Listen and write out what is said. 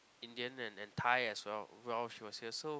Indian and and Thai as well while she was here so